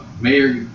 Mayor